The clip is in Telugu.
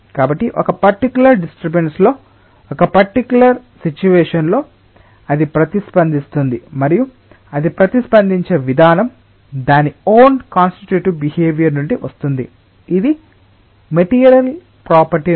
కాబట్టి ఒక పర్టికులర్ డిస్టర్బెన్స్ లో ఒక పర్టికులర్ సిచువెషన్ లో అది ప్రతిస్పందిస్తుంది మరియు అది ప్రతిస్పందించే విధానం దాని ఓన్ కాన్స్టిటేటివ్ బిహేవియర్ నుండి వస్తుంది ఇది మెటీరియల్ ప్రాపర్టీ నుండి వస్తుంది